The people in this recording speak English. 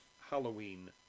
Halloween